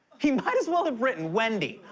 he might as well have written, wendy,